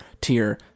tier